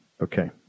Okay